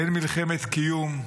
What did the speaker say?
אין מלחמת קיום.